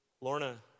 Lorna